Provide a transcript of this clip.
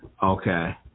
Okay